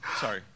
Sorry